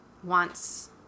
Wants